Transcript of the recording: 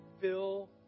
fill